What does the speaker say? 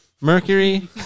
Mercury